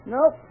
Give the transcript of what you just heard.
Nope